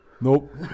nope